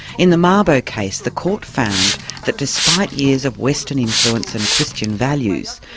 in the mabo case the court found that despite years of western influence and christian values,